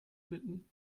bitten